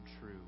true